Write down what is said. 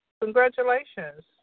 Congratulations